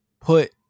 put